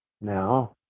now